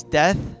death